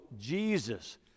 jesus